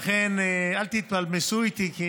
לכן, אל תתפלמסו איתי, כי